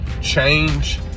change